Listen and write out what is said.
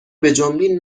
بجنبین